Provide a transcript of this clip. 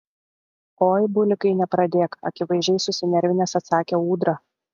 oi bulikai nepradėk akivaizdžiai susinervinęs atsakė ūdra